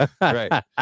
right